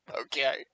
Okay